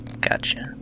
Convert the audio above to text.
Gotcha